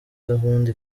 gahunda